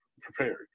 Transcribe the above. prepared